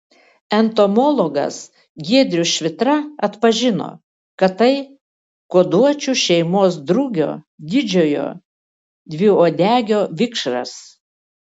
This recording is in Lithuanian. entomologas giedrius švitra atpažino kad tai kuoduočių šeimos drugio didžiojo dviuodegio vikšras